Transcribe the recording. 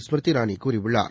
ஸ்மிருதி இரானி கூறியுள்ளார்